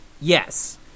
Yes